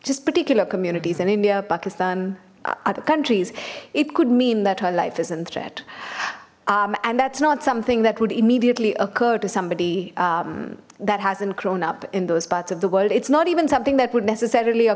just particular communities in india pakistan other countries it could mean that her life is in threat and that's not something that would immediately occur to somebody that hasn't grown up in those parts of the world it's not even something that would necessarily